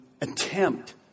attempt